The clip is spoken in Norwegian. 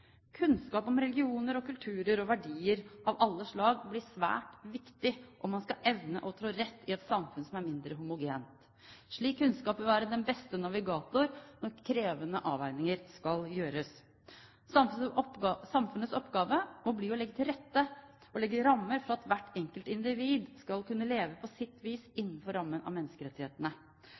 Kunnskap om religioner, kulturer og verdier av alle slag blir svært viktig om man skal evne å trå rett i et samfunn som er mindre homogent. Slik kunnskap vil være den beste navigator når krevende avveininger skal gjøres. Samfunnets oppgave må bli å legge til rette og legge rammer for at hvert enkelt individ skal kunne leve på sitt vis innenfor rammen av menneskerettighetene.